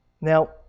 Now